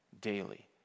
daily